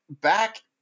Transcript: back